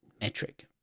metric